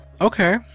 okay